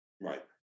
Right